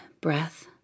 breath